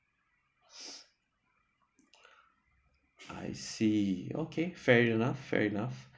I see okay very enough very enough